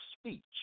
speech